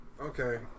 okay